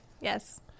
yes